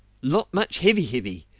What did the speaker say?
lot much heavy-heavy!